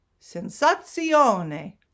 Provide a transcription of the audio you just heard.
Sensazione